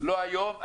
לא היום,